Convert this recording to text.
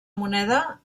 moneda